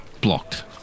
blocked